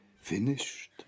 Finished